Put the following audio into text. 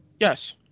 Yes